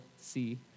see